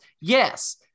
yes